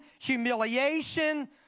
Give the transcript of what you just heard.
humiliation